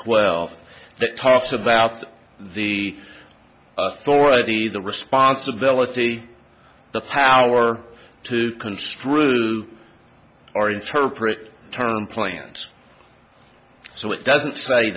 twelve that talks about the authority the responsibility the power to construe or interpret turn planes so it doesn't say